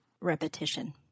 Repetition